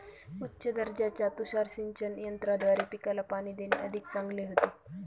उच्च दर्जाच्या तुषार सिंचन यंत्राद्वारे पिकाला पाणी देणे अधिक चांगले होते